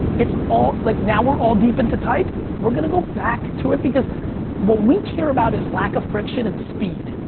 it's all, like now we're all deep into type, we're gonna go back to it because what we care about is lack of friction and speed,